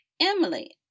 Emily